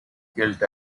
guilt